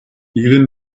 even